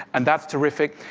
and that's terrific.